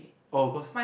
oh cause